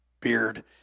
beard